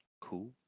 cool